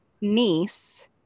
niece